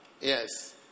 Yes